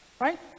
right